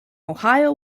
ohio